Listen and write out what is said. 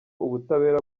ubutabera